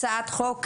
הצעת חוק,